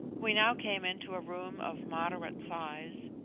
we now came into a room of moderate size,